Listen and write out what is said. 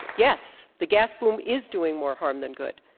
yes, the gas boom is doing more harm than good,